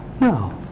No